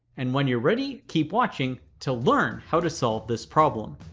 and when you're ready, keep watching to learn how to solve this problem.